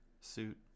suit